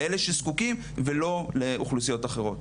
לאלה שזקוקים ולא לאוכלוסיות אחרות.